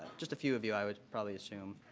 just a few of you, i would probably assume.